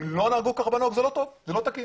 אם לא נהגו כך, זה לא טוב וזה לא תקין.